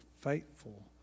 faithful